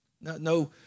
No